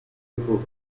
infortunio